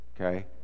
okay